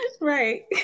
right